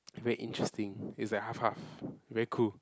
very interesting it's like half half very cool